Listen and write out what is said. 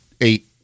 eight